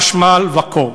חשמל וכו'.